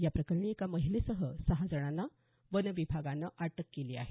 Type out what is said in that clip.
या प्रकरणी एका महिलेसह सहा जणांना वन विभागानं अटक केली आहे